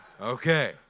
Okay